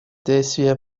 действия